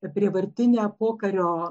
prievartinę pokario